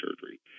surgery